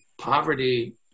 Poverty